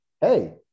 hey